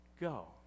go